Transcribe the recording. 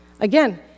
Again